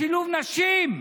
לשילוב נשים,